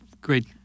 great